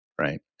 Right